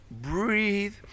breathe